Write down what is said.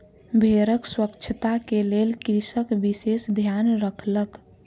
भेड़क स्वच्छता के लेल कृषक विशेष ध्यान रखलक